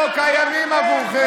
לא קיימים עבורכם.